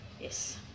Yes